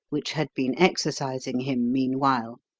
which had been exercising him meanwhile,